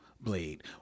Blade